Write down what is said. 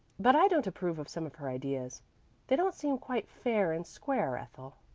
but i don't approve of some of her ideas they don't seem quite fair and square, ethel.